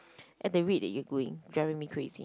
at the rate that you going driving me crazy